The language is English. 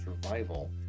survival